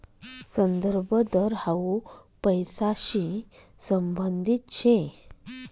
संदर्भ दर हाउ पैसांशी संबंधित शे